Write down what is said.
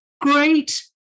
great